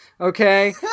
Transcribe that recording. okay